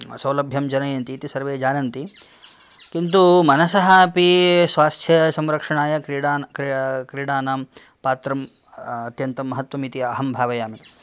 सौलभ्यं जनयन्ति इति सर्वे जानन्ति किन्तु मनसः अपि स्वास्थ्यसंरक्षणाय क्रीडान् क्रीडाणां पात्रम् अत्यन्तं महन्तम् इति अहं भवयामि